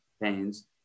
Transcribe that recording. pains